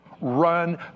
Run